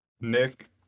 Nick